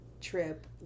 trip